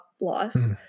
loss